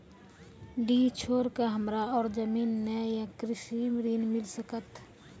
डीह छोर के हमरा और जमीन ने ये कृषि ऋण मिल सकत?